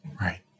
right